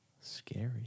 Scary